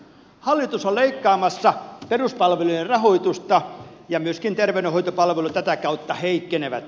hallitus on leikkaamassa peruspalvelujen rahoitusta ja myöskin terveydenhoitopalvelut tätä kautta heikkenevät